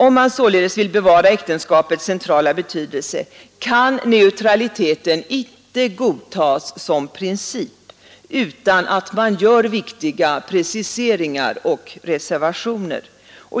Om man således vill bevara äktenskapets centrala betydelse kan neutraliteten inte godtas som princip utan att man gör viktiga preciseringar och reservationer.